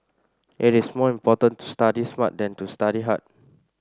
it is more important to study smart than to study hard